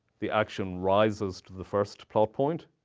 the action rises to the first plot point.